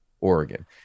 Oregon